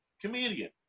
comedian